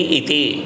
iti